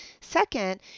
Second